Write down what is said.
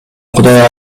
кудайга